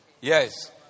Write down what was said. Yes